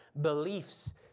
beliefs